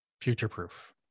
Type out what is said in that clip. future-proof